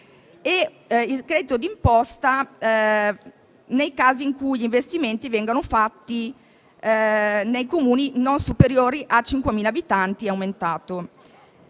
Il credito d'imposta nei casi in cui gli investimenti vengano fatti nei Comuni non superiori a 5.000 abitanti è aumentato.